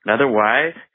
Otherwise